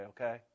okay